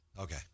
Okay